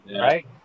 right